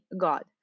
god